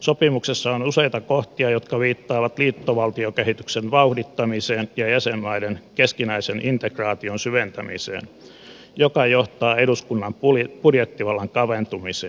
sopimuksessa on useita kohtia jotka viittaavat liittovaltiokehityksen vauhdittamiseen ja jäsenmaiden keskinäisen integraation syventämiseen joka johtaa eduskunnan budjettivallan kaventumiseen